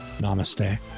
Namaste